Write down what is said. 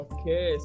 Okay